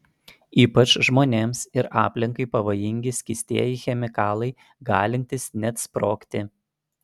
ypač žmonėms ir aplinkai pavojingi skystieji chemikalai galintys net sprogti